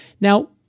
Now